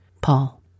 Paul